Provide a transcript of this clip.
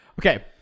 Okay